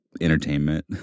entertainment